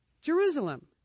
Jerusalem